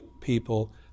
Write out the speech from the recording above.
people